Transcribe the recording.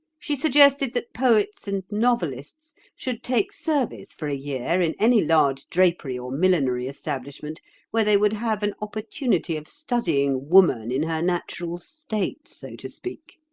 she suggested that poets and novelists should take service for a year in any large drapery or millinery establishment where they would have an opportunity of studying woman in her natural state, so to speak.